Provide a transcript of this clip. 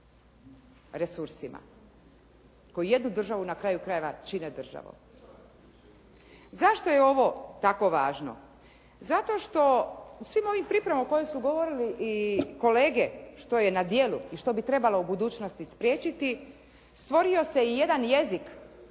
resursima koji jednu državu na kraju krajeva čine državom. Zašto je ovo tako važno? Zato što u svim ovim pripremama o kojem su govorili i kolege što je na djelu i što bi trebalo u budućnosti spriječiti stvorio se i jedan jezik